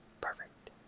perfect